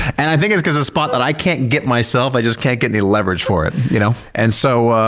and i think it's cause it's a spot that i can't get myself, i just can't get any leverage for it. you know and so,